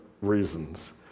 reasons